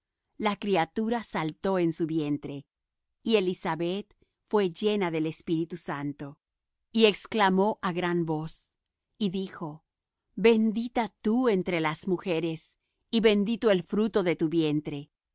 la criatura saltó en su vientre y elisabet fué llena del espíritu santo y exclamó á gran voz y dijo bendita tú entre las mujeres y bendito el fruto de tu vientre